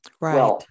Right